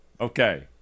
Okay